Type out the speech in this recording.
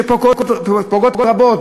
שפוגעות רבות.